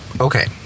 Okay